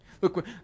Look